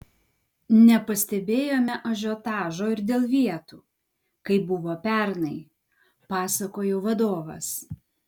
nepastebėjome ažiotažo ir dėl vietų kaip buvo pernai pasakojo vadovas